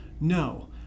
no